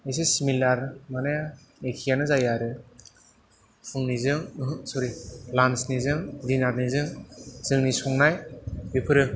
एसे सिमिलार माने एखेआनो जायो आरो फुंनिजों ओहो स'रि लान्सनिजों दिनारनिजों जोंनि संनाय बेफोरो